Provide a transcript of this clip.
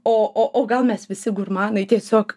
o o o gal mes visi gurmanai tiesiog